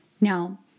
Now